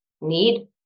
need